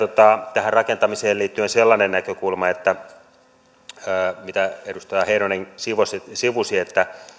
tähän rakentamiseen liittyen sellainen näkökulma mitä edustaja heinonen sivusi sivusi että